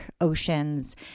oceans